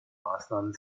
maßnahmen